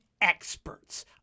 experts